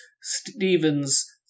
Steven's